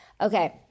Okay